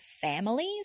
families